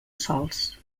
sols